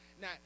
Now